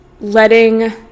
letting